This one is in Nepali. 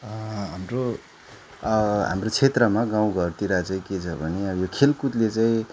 हाम्रो हाम्रो क्षेत्रमा गाउँघरतिर चाहिँ के छ भने अब यो खेलकुदले चाहिँ